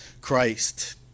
Christ